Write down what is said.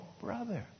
brother